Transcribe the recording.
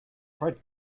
fred